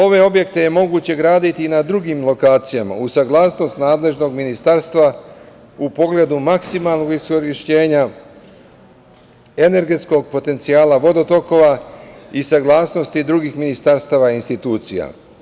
Ove objekte je moguće graditi i na drugim lokacijama, uz saglasnost nadležnog ministarstva u pogledu maksimalnog iskorišćenja energetskog potencijala vodotokova i saglasnosti drugih ministarstava i institucija.